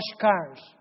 cars